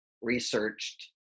researched